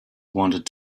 wanted